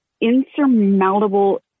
insurmountable